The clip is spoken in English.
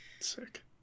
sick